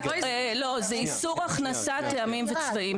לא, זה איסור הכנסת טעמים וצבעים.